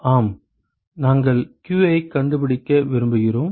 ஆம் நாங்கள் q ஐக் கண்டுபிடிக்க விரும்புகிறோம்